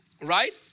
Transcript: right